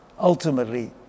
ultimately